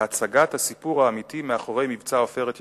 והצגת הסיפור האמיתי מאחורי מבצע "עופרת יצוקה",